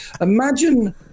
imagine